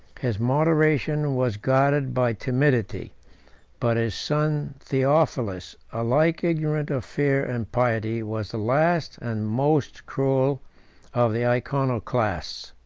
his moderation was guarded by timidity but his son theophilus, alike ignorant of fear and pity, was the last and most cruel of the iconoclasts.